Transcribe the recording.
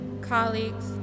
colleagues